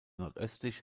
nordöstlich